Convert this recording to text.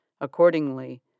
Accordingly